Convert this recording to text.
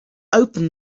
open